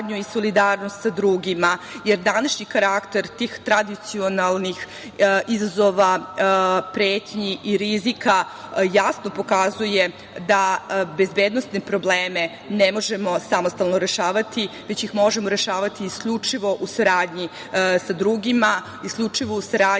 i solidarnost sa drugima, jer današnji karakter tih tradicionalnih izazova, pretnji i rizika jasno pokazuje da bezbednosne probleme ne možemo samostalno rešavati, već ih možemo rešavati isključivo u saradnji sa drugima, isključivo u saradnji